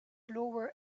lower